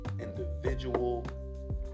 individual